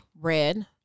red